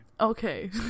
Okay